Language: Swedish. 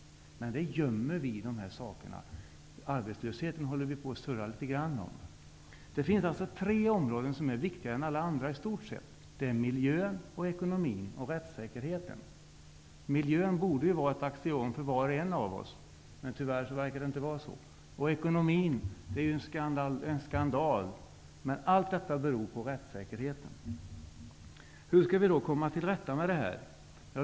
Men vi gömmer dessa saker. Arbetslösheten pratar vi litet grand om. Det finns alltså tre områden som är viktigare än alla andra. Det är miljön, ekonomin och rättssäkerheten. Miljön borde ju vara ett axiom för var och en av oss, men tyvärr verkar det inte vara så. Ekonomin är ju en skandal. Allt detta beror på rättssäkerheten. Hur skall vi då komma till rätta med det här?